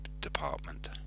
department